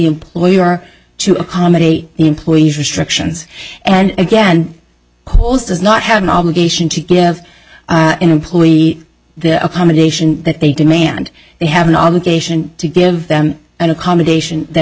employer to accommodate the employee's restrictions and again calls does not have an obligation to give an employee the accommodation that they demand they have an obligation to give them an accommodation that